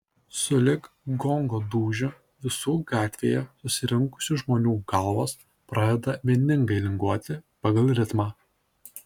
sulig gongo dūžiu visų gatvėje susirinkusių žmonių galvos pradeda vieningai linguoti pagal ritmą